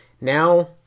Now